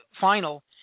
final